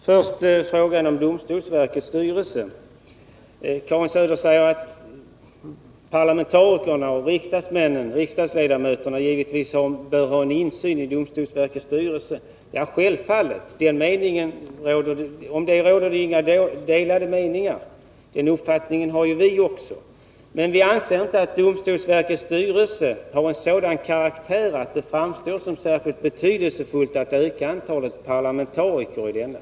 Herr talman! Först frågan om domstolsverkets styrelse. Karin Söder säger att parlamentariker bör ha en insyn i domstolsverkets styrelse. Ja, självfallet — om det råder inga delade meningar. Den uppfattningen har ju vi också. Men vi anser inte att domstolsverkets styrelse har en sådan karaktär att det är särskilt betydelsefullt att öka antalet parlamentariker i denna.